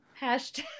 Hashtag